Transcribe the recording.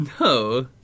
No